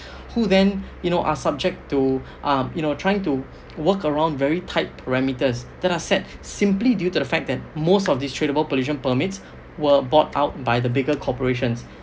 who then you know are subject to um you know trying to work around very tight parameters that are set simply due to the fact that most of these tradable pollution permits were bought out by the bigger corporations